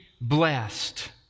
blessed